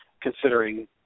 considering